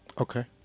Okay